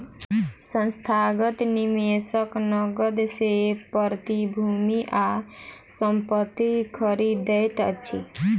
संस्थागत निवेशक नकद सॅ प्रतिभूति आ संपत्ति खरीदैत अछि